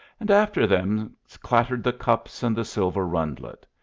and after them clattered the cups and the silver rundlet.